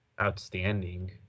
outstanding